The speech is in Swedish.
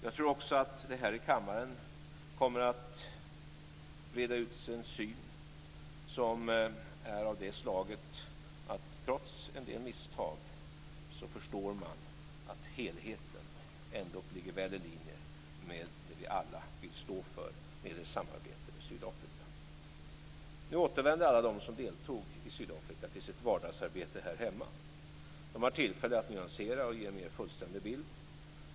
Jag tror att det i kammaren kommer att breda ut sig en syn att trots en del misstag är helheten väl i linje med det vi alla vill stå för, nämligen samarbete med Sydafrika. Nu återvänder alla de som deltog i Sydafrika till sitt vardagsarbete här hemma. De har tillfälle att nyansera och ge en mer fullständig bild.